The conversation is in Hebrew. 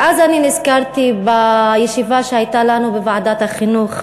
ואז נזכרתי בישיבה שהייתה לנו בוועדת החינוך,